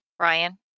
Brian